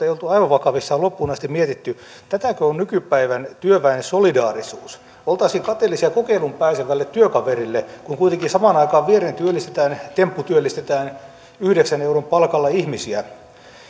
ei ollut aivan vakavissaan loppuun asti mietitty tätäkö on nykypäivän työväen solidaarisuus oltaisiin kateellisia kokeiluun pääsevälle työkaverille kun kuitenkin samaan aikaan viereen tempputyöllistetään yhdeksän euron palkalla ihmisiä